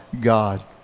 God